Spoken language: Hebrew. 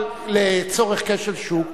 אבל לצורך כשל שוק?